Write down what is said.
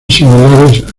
similares